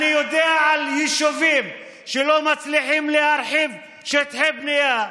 אני יודע על יישובים שלא מצליחים להרחיב שטחי בנייה,